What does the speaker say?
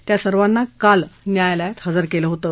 या सर्वांना काल न्यायालयात हजर कल्ल होतं